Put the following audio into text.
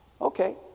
Okay